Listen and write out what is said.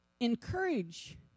Encourage